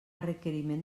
requeriment